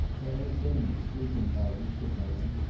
bad things, sleeping-powders, said nolan.